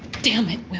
damn it, will.